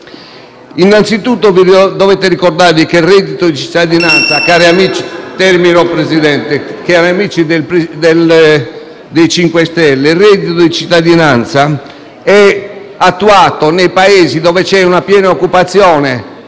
5 Stelle, dovete ricordarvi che il reddito di cittadinanza è attuato nei Paesi dove c'è piena occupazione,